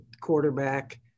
quarterback